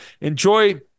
Enjoy